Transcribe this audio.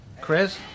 chris